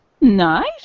Nice